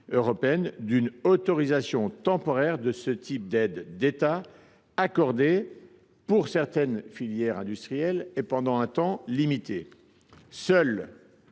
d’une autorisation temporaire de ce type d’aides d’État, autorisation accordée pour certaines filières industrielles et pendant un temps limité. Seules